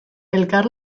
elkar